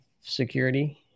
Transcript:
security